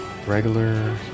regular